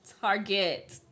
Target